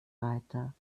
weiter